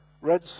Red